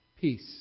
Peace